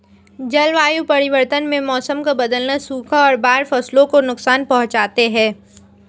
जलवायु परिवर्तन में मौसम का बदलना, सूखा और बाढ़ फसलों को नुकसान पहुँचाते है